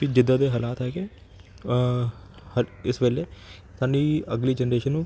ਕਿ ਜਿੱਦਾਂ ਦੇ ਹਾਲਾਤ ਹੈਗੇ ਹ ਇਸ ਵੇਲੇ ਸਾਡੀ ਅਗਲੀ ਜੈਨਰੇਸ਼ਨ ਨੂੰ